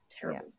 terrible